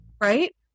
Right